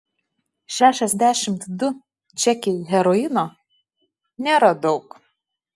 šešiasdešimt du čekiai heroino nėra daug